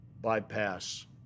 bypass